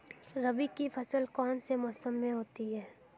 रबी की फसल कौन से मौसम में होती है?